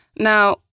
Now